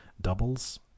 doubles